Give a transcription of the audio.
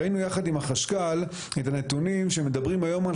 ראינו יחד עם החשכ"ל את הנתונים שמדברים היום על